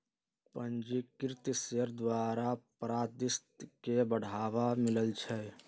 पंजीकृत शेयर द्वारा पारदर्शिता के बढ़ाबा मिलइ छै